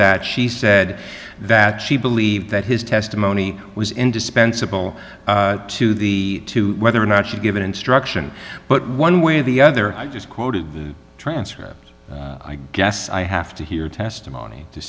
that she said that she believed that his testimony was indispensable to the to whether or not she give an instruction but one way or the other i just quoted the transcript i guess i have to hear testimony to